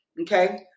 Okay